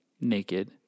naked